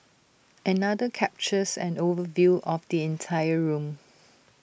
another captures an overview of the entire room